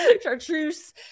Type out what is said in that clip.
Chartreuse